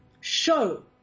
show